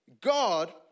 God